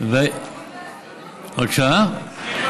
אז מגיעים להסכמות.